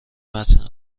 متن